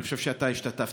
אני חושב שגם אתה השתתפת,